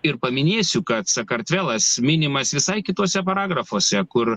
ir paminėsiu kad sakartvelas minimas visai kituose paragrafuose kur